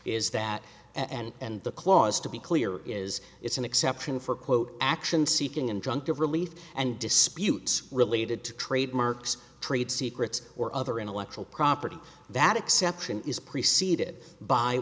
is that and the clause to be clear is it's an exception for quote action seeking injunctive relief and disputes related to trademarks trade secrets or other intellectual property that exception is preceded by